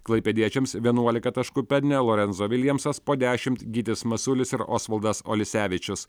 klaipėdiečiams vienuolika taškų pelnė lorenzo viljamsas po dešimt gytis masiulis ir osvaldas olisevičius